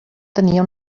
tenia